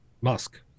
Musk